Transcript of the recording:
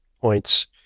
points